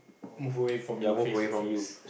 move away from you face to face